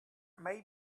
may